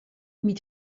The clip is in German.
mit